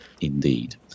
Indeed